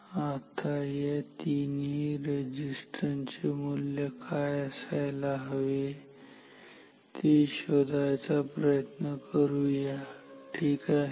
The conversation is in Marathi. आता या तीनही रेझिस्टन्स चे मूल्य काय असायला हवे ते शोधायचा प्रयत्न करूया ठीक आहे